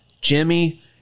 Jimmy